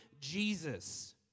Jesus